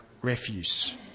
refuse